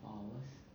four hours